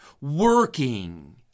working